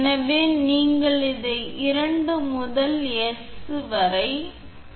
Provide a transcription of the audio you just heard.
எனவே நீங்கள் இதை 2 முதல் s வரை சேர்த்தால் அது 𝐶𝑠 இருக்கும் மற்றும் 3 மற்றும் கள் பொதுவான புள்ளியாக இருக்கும்